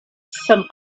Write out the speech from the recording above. some